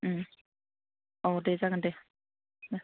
औ दे जागोन दे